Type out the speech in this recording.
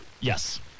Yes